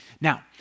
Now